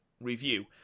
review